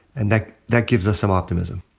and that that gives us some optimism.